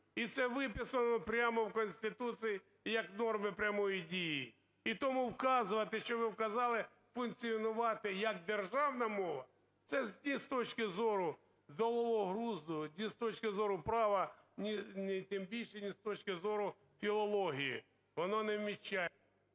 і це виписано прямо в Конституції і як норма прямої дії. І тому вказувати, що ви вказали "функціонувати як державна мова" – це ні з точки зору здорового глузду, ні з точки зору права, ні, тим більше, ні з точки зору філології, воно не…